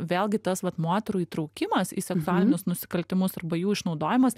vėlgi tas vat moterų įtraukimas į seksualinius nusikaltimus arba jų išnaudojimas